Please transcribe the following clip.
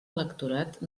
electorat